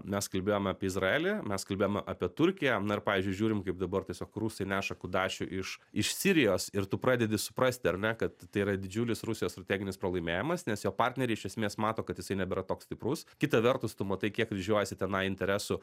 mes kalbėjom apie izraelį mes kalbėjome apie turkiją na ir pavyzdžiui žiūrim kaip dabar tiesiog rusai neša kudašių iš iš sirijos ir tu pradedi suprasti ar ne kad tai yra didžiulis rusijos strateginis pralaimėjimas nes jo partneriai iš esmės mato kad jisai nebėra toks stiprus kita vertus tu matai kiek kryžiuojasi tenai interesų